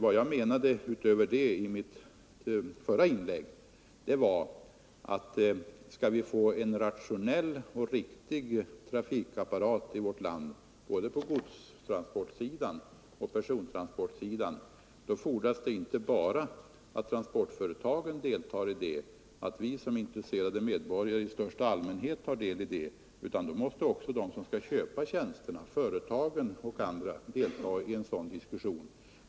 Vad jag menade utöver det som jag anförde i mitt förra inlägg var: Skall vi få en rationell och riktig trafikapparat i vårt land, både på godstransportsidan och på persontransportsidan, fordras att inte bara transportföretagen och vi som intresserade medborgare i största allmänhet tar del i diskussionen, utan då måste också de som köper tjänsterna —- företagen och andra — delta i den.